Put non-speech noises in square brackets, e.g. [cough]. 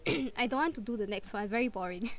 [coughs] I don't want to do the next one very boring